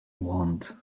want